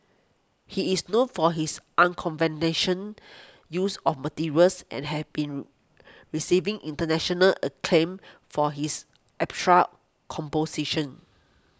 he is known for his use of materials and has been receiving international acclaim for his abstract compositions